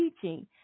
teaching